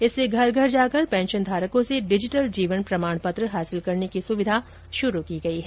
इससे घर घर जाकर पेंशनधारकों से डिजिटल जीवन प्रमाण पत्र हासिल करने की सुविधा शुरु की गई है